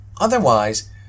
Otherwise